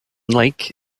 lake